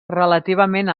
relativament